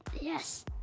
Yes